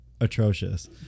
atrocious